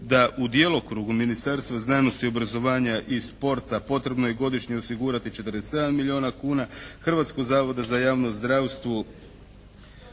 da u djelokrugu Ministarstva znanosti, obrazovanja i sporta potrebno je godišnje osigurati 47 milijuna kuna, Hrvatskog zavoda za javno zdravstvu